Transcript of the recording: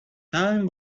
time